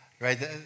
right